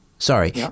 Sorry